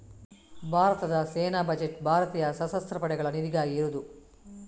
ಭಾರತದ ಸೇನಾ ಬಜೆಟ್ ಭಾರತೀಯ ಸಶಸ್ತ್ರ ಪಡೆಗಳ ನಿಧಿಗಾಗಿ ಇರುದು